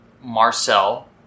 Marcel